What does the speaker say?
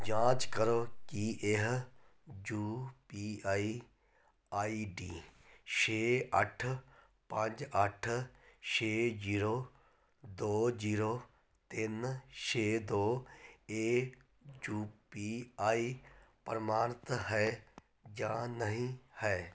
ਜਾਂਚ ਕਰੋ ਕੀ ਇਹ U P I I D ਛੇ ਅੱਠ ਪੰਜ ਅੱਠ ਛੇ ਜ਼ੀਰੋ ਦੋ ਜ਼ੀਰੋ ਤਿੰਨ ਛੇ ਦੋ ਏ ਯੂ ਪੀ ਆਈ ਪ੍ਰਮਾਣਿਤ ਹੈ ਜਾਂ ਨਹੀਂ ਹੈ